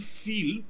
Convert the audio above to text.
feel